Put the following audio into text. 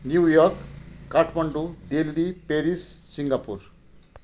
New York Kathmandu Delhi Paris Singapore